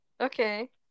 okay